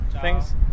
Thanks